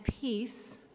peace